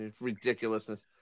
Ridiculousness